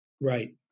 Right